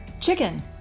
Chicken